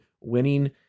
winning